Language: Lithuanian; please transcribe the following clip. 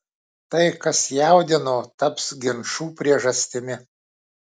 tai kas jaudino taps ginčų priežastimi